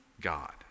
God